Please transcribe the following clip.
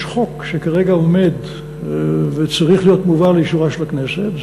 יש חוק שכרגע עומד וצריך להיות מובא לאישורה של הכנסת,